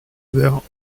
vers